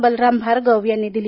बलराम भार्गव यांनी दिली